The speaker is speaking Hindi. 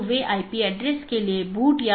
ये IBGP हैं और बहार वाले EBGP हैं